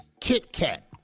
Kit-Kat